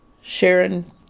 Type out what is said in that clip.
Sharon